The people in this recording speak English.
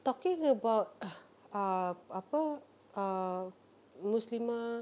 talking about uh ah apa err muslimah